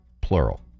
plural